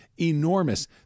enormous